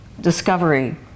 discovery